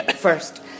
first